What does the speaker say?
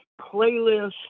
playlist